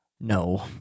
no